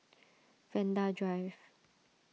Vanda Drive